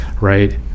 right